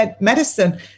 medicine